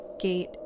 gate